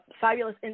fabulous